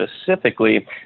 specifically